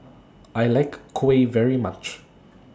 I like Kuih very much